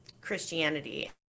Christianity